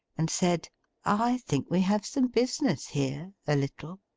and said i think we have some business here a little